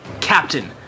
Captain